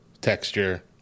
texture